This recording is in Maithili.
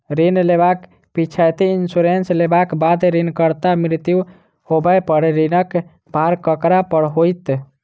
ऋण लेबाक पिछैती इन्सुरेंस लेबाक बाद ऋणकर्ताक मृत्यु होबय पर ऋणक भार ककरा पर होइत?